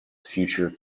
future